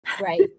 Right